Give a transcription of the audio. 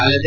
ಅಲ್ಲದೆ